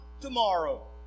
Tomorrow